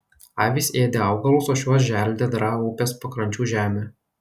avys ėdė augalus o šiuos želdė draa upės pakrančių žemė